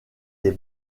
des